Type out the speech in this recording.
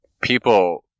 people